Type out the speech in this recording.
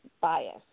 bias